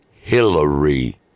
Hillary